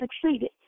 succeeded